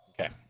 Okay